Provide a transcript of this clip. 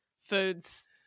foods